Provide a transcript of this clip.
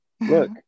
Look